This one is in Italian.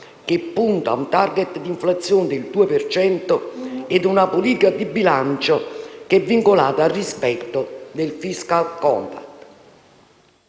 che punta ad un *target* d'inflazione del 2 per cento ed una politica di bilancio che è vincolata al rispetto del *fiscal compact*.